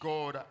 God